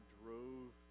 drove